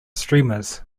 streamers